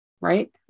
right